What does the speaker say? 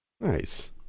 Nice